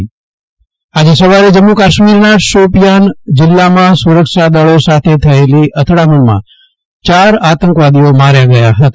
જયદિપ વૈષ્ણવ આંતકીઓ ઠાર આજે સવારે જમ્મુ કાશ્મીરના શોપિયાન જિલ્લામાં સુરક્ષા દળો સાથે થયેલી અથડામણમાં ચાર આતંકવાદીઓ માર્યા ગયા હતા